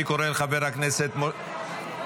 אני קורא לחבר הכנסת --- רגע,